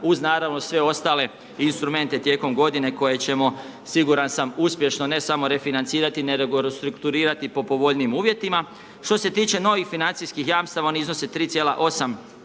uz naravno sve ostale instrumente tijekom g. koje ćemo siguran sam uspješno ne samo refinancirati …/Govornik se ne razumije./… restrukturirati po povoljnijim uvjetima. Što se tiče novih financijskih jamstava oni iznose 3,8